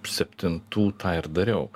septintų tą ir dariau